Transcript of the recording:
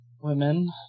women